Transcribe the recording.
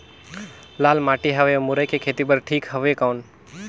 लाल माटी हवे मुरई के खेती बार ठीक हवे कौन?